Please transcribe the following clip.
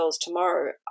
tomorrow